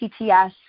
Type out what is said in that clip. PTS